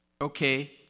okay